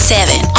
Seven